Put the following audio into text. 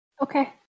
Okay